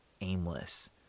aimless